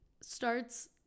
starts